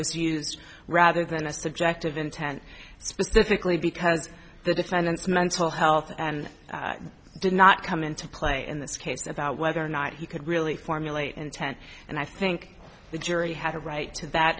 used rather than a subjective intent specifically because the defendant's mental health and did not come into play in this case about whether or not you could really formulate intent and i think the jury had a right to that